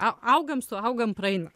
augam suaugam praeina